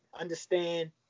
understand